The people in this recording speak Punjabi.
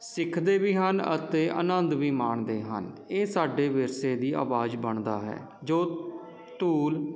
ਸਿੱਖਦੇ ਵੀ ਹਨ ਅਤੇ ਆਨੰਦ ਵੀ ਮਾਣਦੇ ਹਨ ਇਹ ਸਾਡੇ ਵਿਰਸੇ ਦੀ ਅਵਾਜ਼ ਬਣਦਾ ਹੈ ਜੋ ਧੂਲ